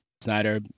Snyder